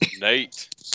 Nate